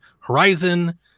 Horizon